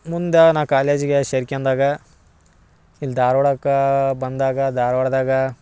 ಮುಂದ ನಾ ಕಾಲೇಜ್ಗೆ ಸೇರ್ಕೆಂಡಾಗ ಇಲ್ಲಿ ಧಾರವಾಡಕ್ಕ ಬಂದಾಗ ಧಾರವಾಡದಾಗ